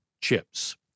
Chips